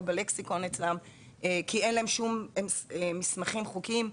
בלכסיקון אצלם כי אין להם שום מסמכים חוקיים.